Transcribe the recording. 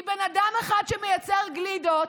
כי בן אדם אחד שמייצר גלידות,